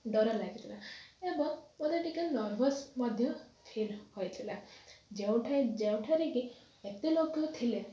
ଡର ଲାଗିଥିଲା ଏବଂ ମତେ ଟିକେ ନର୍ଭସ ମଧ୍ୟ ଫିଲ୍ ହୋଇଥିଲା ଯେଉଁଠାଏ ଯେଉଁଠାରେ କି ଏତେ ଲୋକ ଥିଲେ